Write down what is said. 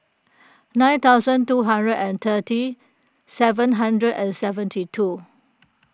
nine thousand two hundred and thirty seven hundred and seventy two